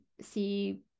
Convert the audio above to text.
see